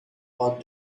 both